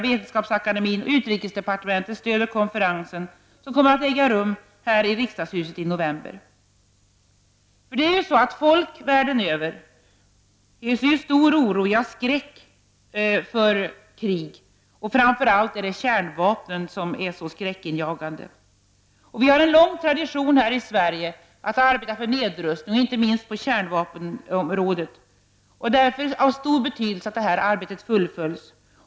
Vetenskapsakademien och utrikesdepartement stöder konferensen, som kommer att äga rum här i riksdagshuset i november. Folk världen över hyser stor oro, ja, skräck för krig, och det är framför allt kärnvapnen som är så skräckinjagande. Vi har en lång tradition här i Sverige av att arbeta för nedrustning, inte minst på kärnvapenområdet, och det är därför av stor betydelse att detta arbete fullföljs.